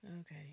Okay